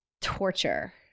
torture